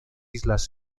islas